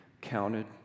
counted